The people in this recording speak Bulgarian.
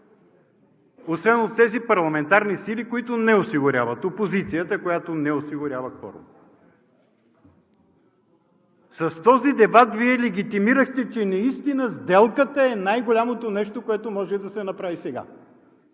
освен от тези парламентарни сили, които не осигуряват – опозицията, която не осигурява кворума. С този дебат Вие легитимирахте, че наистина сделката е най-голямото нещо, което може да се направи сега.